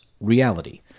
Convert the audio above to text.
reality